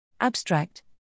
Abstract